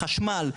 חשמל,